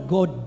God